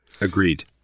Agreed